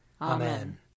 Amen